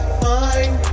fine